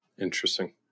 Interesting